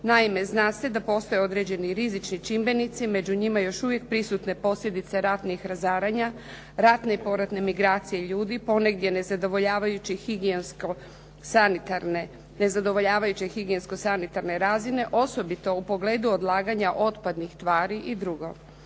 Naime, zna se da postoje određeni rizični čimbenici, među njima još uvijek prisutne posljedice raznih razaranja, ratne i poratne migracije ljudi, ponegdje nezadovoljavajuće higijensko-sanitarne razine, osobito u pogledu odlaganja otpadnih tvari i drugo.